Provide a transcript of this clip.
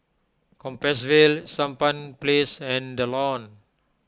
Compassvale Sampan Place and the Lawn